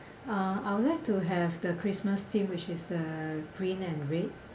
uh I would like to have the christmas theme which is the green and red